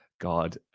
God